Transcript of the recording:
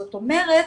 זאת אומרת,